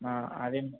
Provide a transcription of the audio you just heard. ஆ அதே